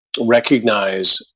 recognize